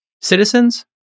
citizens